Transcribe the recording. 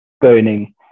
burning